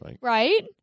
Right